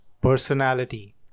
personality